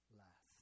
last